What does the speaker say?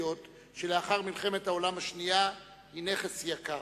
שלאחר מלחמת העולם השנייה היא נכס יקר.